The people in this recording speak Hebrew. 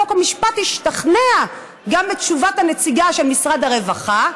חוק ומשפט השתכנע גם בתשובת הנציגה של משרד הרווחה,